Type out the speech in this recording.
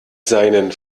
seinen